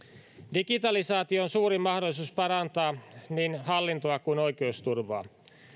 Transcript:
digitalisaatio on suuri mahdollisuus parantaa niin hallintoa kuin oikeusturvaa